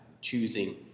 choosing